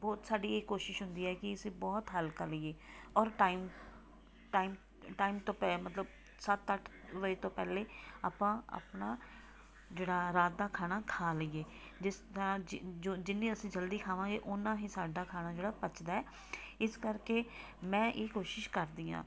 ਬਹੁਤ ਸਾਡੀ ਇਹ ਕੋਸ਼ਿਸ਼ ਹੁੰਦੀ ਹੈ ਕਿ ਅਸੀਂ ਬਹੁਤ ਹਲਕਾ ਲਈਏ ਔਰ ਟਾਈਮ ਟਾਈਮ ਟਾਈਮ ਤੋਂ ਪਿ ਮਤਲਬ ਸੱਤ ਅੱਠ ਵਜੇ ਤੋਂ ਪਹਿਲੇ ਆਪਾਂ ਆਪਣਾ ਜਿਹੜਾ ਰਾਤ ਦਾ ਖਾਣਾ ਖਾ ਲਈਏ ਜਿਸ ਤਰ੍ਹਾਂ ਜਿੰਨੇ ਅਸੀਂ ਜਲਦੀ ਖਾਵਾਂਗੇ ਓਨਾ ਹੀ ਸਾਡਾ ਖਾਣਾ ਜਿਹੜਾ ਪਚਦਾ ਇਸ ਕਰਕੇ ਮੈਂ ਇਹ ਕੋਸ਼ਿਸ਼ ਕਰਦੀ ਹਾਂ